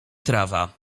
trawa